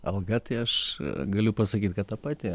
alga tai aš galiu pasakyt kad ta pati